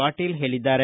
ಪಾಟೀಲ್ ಹೇಳಿದ್ದಾರೆ